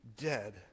dead